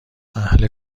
اهل